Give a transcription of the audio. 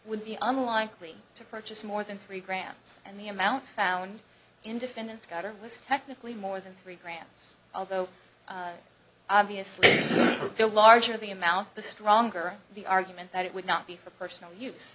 would be unlikely to purchase more than three grams and the amount found in defendant's got or was technically more than three grams although obviously the larger the amount the stronger the argument that it would not be for personal use